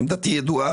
עמדתי ידועה,